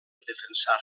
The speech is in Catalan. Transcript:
defensar